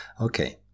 okay